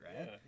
right